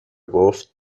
گفت